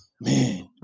man